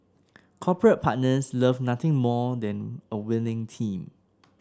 corporate partners love nothing more than a winning team